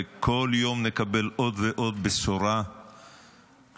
וכל יום נקבל עוד ועוד בשורה טובה,